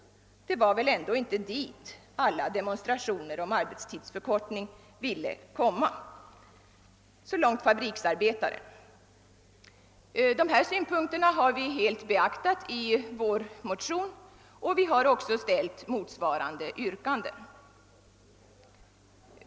Det var väl ändå inte dit alla demonstrationer om arbetstidsförkortning ville komma?» Så långt Fabriksarbetaren. Vi har i vårt motionspar helt beaktat dessa synpunkter och har också framställt ett yrkande i enlighet med dessa.